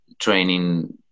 training